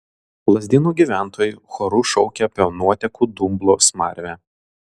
lazdynų gyventojai choru šaukė apie nuotekų dumblo smarvę